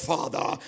Father